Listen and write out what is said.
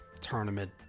tournament